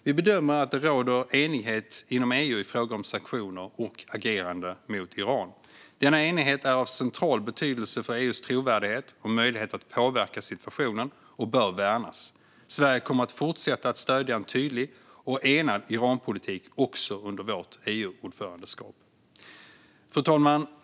Vi bedömer att det råder enighet inom EU i fråga om sanktioner och agerande mot Iran. Denna enighet är av central betydelse för EU:s trovärdighet och möjlighet att påverka situationen och bör värnas. Sverige kommer att fortsätta att stödja en tydlig och enad Iranpolitik också under vårt EU-ordförandeskap. Fru talman!